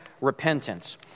repentance